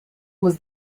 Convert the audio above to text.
was